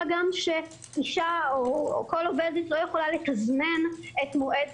מה גם שאישה או כל עובדת לא יכולה לתזמן את מועד